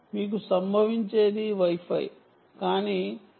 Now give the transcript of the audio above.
మీకు సంభవించేది Wi Fi కానీ వై ఫై 2